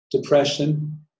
depression